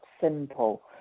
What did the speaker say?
simple